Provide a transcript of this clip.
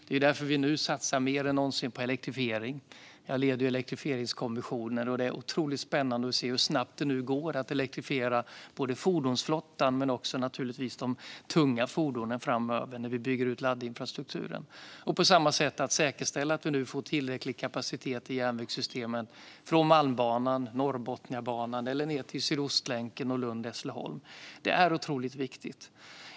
Det är därför som vi nu satsar mer än någonsin på elektrifiering. Jag leder elektrifieringskommissionen, och det är otroligt spännande att se hur snabbt det nu går att elektrifiera fordonsflottan men naturligtvis också de tunga fordonen framöver när vi bygger ut laddinfrastrukturen. Nu måste det på samma sätt säkerställas att vi nu får tillräcklig kapacitet i järnvägssystemen från Malmbanan, från Norrbotniabanan eller ned till Sydostlänken och Lund-Hässleholm. Det är otroligt viktigt.